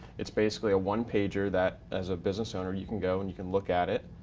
it's basically a one pager that as a business owner, you can go and you can look at it,